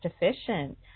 efficient